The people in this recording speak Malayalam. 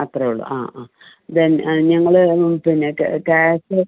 അത്രയും ഉള്ളു ആ ആ ദെൻ ഞങ്ങള് പിന്നെ പ് ക്യാഷ്